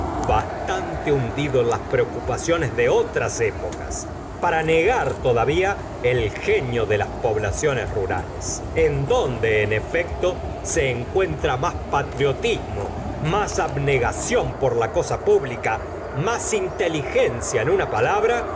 bastante hundido en las preocupaciones de otras épocas para negar todavía el genio de las poblaciones rurales en dónde en efecto se encuentra más patriotismo más abnegación por la cosa pública más inteligencia en una palabra